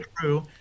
true